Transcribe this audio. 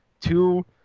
two